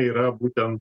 yra būtent